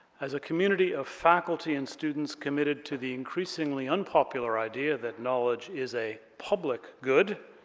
as a community of faculty and students committed to the increasingly unpopular idea that knowledge is a public good,